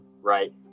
right